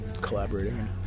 collaborating